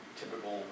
typical